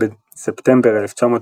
בספטמבר 1970